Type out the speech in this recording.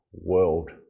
world